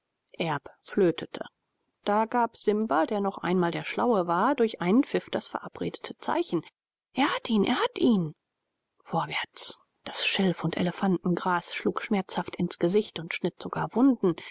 flötete da gab simba der noch einmal der schlaue war durch einen pfiff das verabredete zeichen er hat ihn er hat ihn vorwärts das schilf und elefantengras schlug schmerzhaft ins gesicht und schnitt sogar wunden